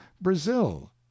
brazil